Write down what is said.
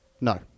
No